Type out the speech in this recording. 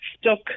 stuck